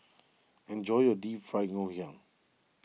enjoy your Deep Fried Ngoh Hiang